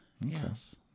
yes